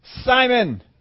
Simon